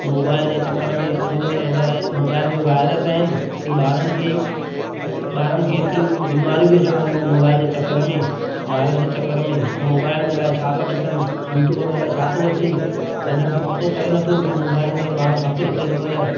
ऐं मोबाइल जे चक्कर में अॼुकल्ह अहिड़ा मोबाइल में वाइरस आहिनि कि ॿारनि खे ॿारनि खे एतिरियूं बीमारियूं बि अचणु लॻनि थियूं मोबाइल जे चक्कर में वाइरस जे चक्कर में ऐं मोबाइल में अलाए छा था ॾिसनि यूट्यूब में अलाए छा थो अचे वॾनि खे पतो पए न थो कि ॿार मोबाइल में छा थो ॾिसे अॼुकल्ह